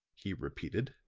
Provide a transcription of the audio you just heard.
he repeated.